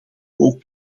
ook